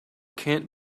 can’t